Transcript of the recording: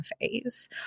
phase